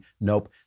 Nope